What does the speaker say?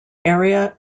area